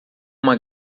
uma